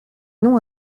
non